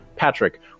Patrick